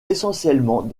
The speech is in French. essentiellement